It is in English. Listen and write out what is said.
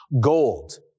Gold